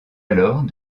alors